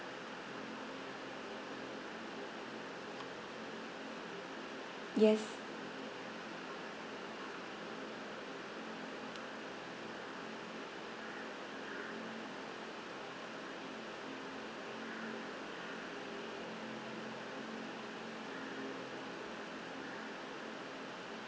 yes